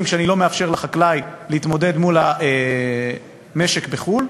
כשאני לא מאפשר לחקלאי להתמודד מול המשק בחו"ל,